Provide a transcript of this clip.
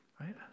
Right